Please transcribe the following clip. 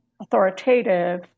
authoritative